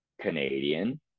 Canadian